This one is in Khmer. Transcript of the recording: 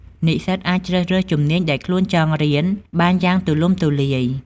និស្សិតអាចជ្រើសរើសជំនាញដែលខ្លួនចង់រៀនបានយ៉ាងទូលំទូលាយ។